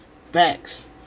Facts